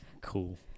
cool